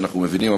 שאנחנו מבינים,